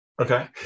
Okay